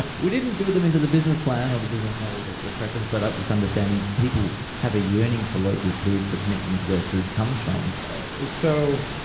but we didn't build them into the business plan or the business model the preppers, but just understanding people have a yearning for local food for connecting to where their food comes from so,